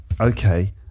okay